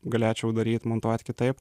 galėčiau daryt montuot kitaip